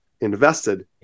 invested